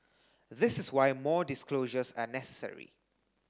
this is why more disclosures are necessary